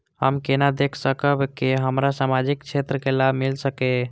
हम केना देख सकब के हमरा सामाजिक क्षेत्र के लाभ मिल सकैये?